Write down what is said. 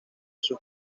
sus